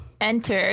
enter